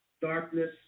darkness